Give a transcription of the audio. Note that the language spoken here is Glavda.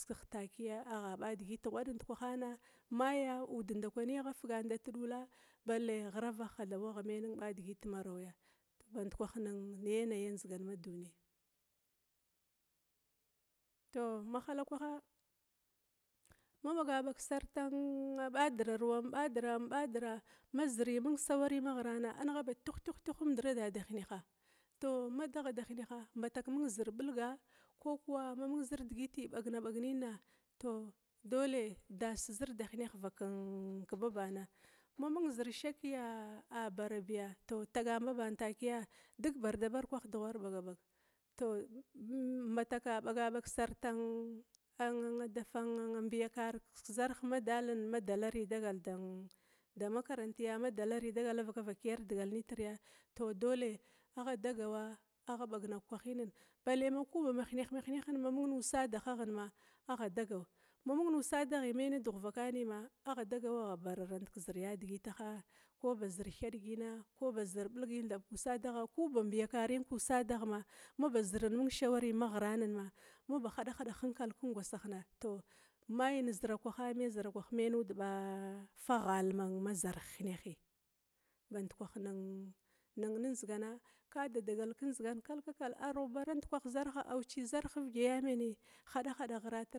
Kiskigh takia agha ɓa digit ghwad ndkwahana maya udd nda kwi agha figan dat dula balle ghiragha thaba wagha me ɓadigit marwya, bandkwah yanayi ann an ndzigan ma duni tou mahalakwaha ma ɓaga ɓag sarta ɓadiraru, amm ɓadira am ɓadira ma ziri mung sawari maghrana arimgha ba tuh tuh, th umdra dasan da hineha tou ma dagha da hineha mbatak mung zir bilga kukuwa mamang zir digiditi bagna bagnina tou dole das zir da hineh vakenn kebabana, ma mang zir shakya a barabiya tou tagana baban takia dig barda barga kwah dughar bagabag tou mbataka ɓa gaɓag sartan ann an da fashaka bi mbiya kara kezarh ma dalin dalarbi dagal daman damakaranti ma dalari davakavaki ar dagalni tirya tou dole agha dagawa agha ɓagna kwahina balle mamung nusadahagha agha dagawa mamung nusadaghi me nedugh va kanima, agha dagaw agha bararnt kezir yadigitaha, ko ba zir tha digina, ko ba zir ɓilgin kusadagha ku ba mbiya karin kusadaghna, maba zini mung shawari maghiran ma, maba hadahada ghir kengwa sah, tou mai zira kwaha me zira kwahi me nuda ɓa ɓa fa ghala ma zarh hinehi. Bandkwah ni ndzigana ka da dagala kendzigan kalkakal ar ghubara ndkwahci zarha awai zarh iviga ya mena meni hadahada ghira.